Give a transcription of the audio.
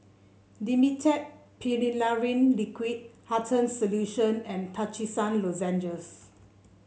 Dimetapp Phenylephrine Liquid Hartman's Solution and Trachisan Lozenges